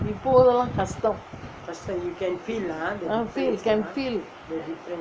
இப்போதா கஷ்டம்:ippothaa kashtam ah feel can feel